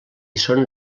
són